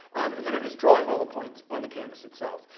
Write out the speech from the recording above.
and then i'm just drawing all the points on the canvas itself.